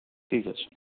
ٹھیٖک حظ چھُ